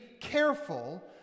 careful